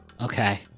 Okay